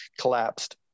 collapsed